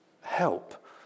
help